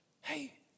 hey